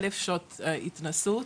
קלינאות תקשורת יש צורך של כאלף שעות התנסות.